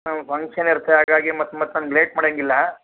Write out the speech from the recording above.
ನಮ್ಗೆ ಫಂಕ್ಷನ್ ಇರುತ್ತೆ ಹಾಗಾಗಿ ಮತ್ತೆ ಮತ್ತೆ ನಮ್ಗೆ ಲೇಟ್ ಮಾಡಂಗೆ ಇಲ್ಲ